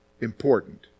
important